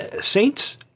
saints